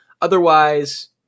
Otherwise